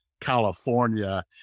California